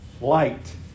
Light